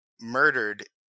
murdered